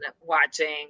watching